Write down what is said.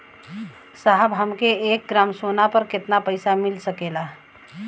साहब हमके एक ग्रामसोना पर कितना पइसा मिल सकेला?